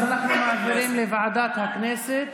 אנחנו מעבירים לוועדת הכנסת.